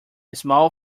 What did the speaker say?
small